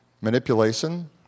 Manipulation